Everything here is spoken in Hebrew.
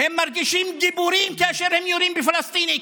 הם מרגישים גיבורים כאשר הם יורים בפלסטינים,